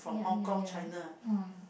yeah yeah yeah mm